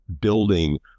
building